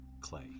clay